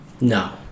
no